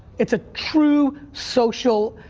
it's a true social,